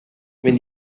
wenn